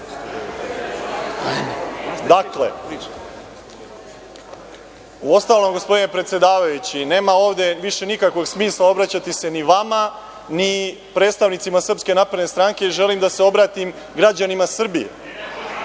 pravo? Dakle, uostalom, gospodine predsedavajući nema ovde više nikakvog smisla obraćati se ni vama ni predstavnicima SNS, želim da se obratim građanima Srbije